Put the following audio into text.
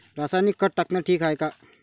रासायनिक खत टाकनं ठीक हाये का?